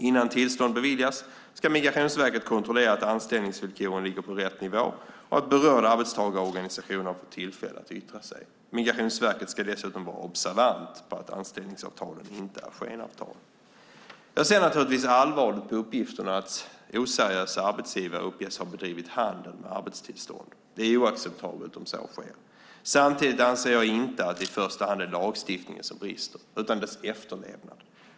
Innan tillstånd beviljas ska Migrationsverket kontrollera att anställningsvillkoren ligger på rätt nivå och att berörd arbetstagarorganisation har fått tillfälle att yttra sig. Migrationsverket ska dessutom vara observant på att anställningsavtalen inte är skenavtal. Jag ser naturligtvis allvarligt på uppgifterna att oseriösa arbetsgivare uppges ha bedrivit handel med arbetstillstånd. Det är oacceptabelt om så sker. Samtidigt anser jag inte att det i första hand är lagstiftningen som brister utan dess efterlevnad.